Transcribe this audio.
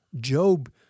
Job